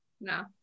No